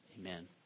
Amen